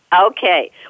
Okay